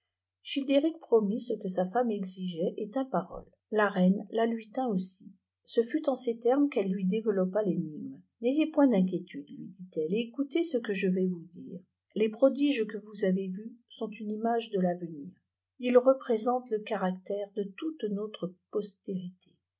ghildéric promit ce que sa femme exigeait et tint parole r la reine la lui tint aussi ce fut en ces termes qu'elle lui développa ténigme n'ayez point d'inquiétude lui dit-elle et écoutez ce a que je vais vous dire les prodiges que vous avez vus sont une image de l'avenir ils représentent le caractère de toute notre posrité